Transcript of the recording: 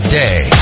day